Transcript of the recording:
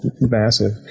massive